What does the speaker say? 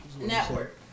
Network